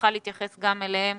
שנוכל להתייחס גם אליהם